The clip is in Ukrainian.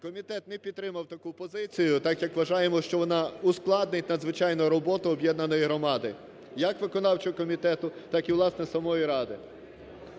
Комітет не підтримав таку позицію, так як вважаємо, що вона ускладнить надзвичайно роботу об'єднаної громади, як виконавчого комітету так і, власне, самої ради.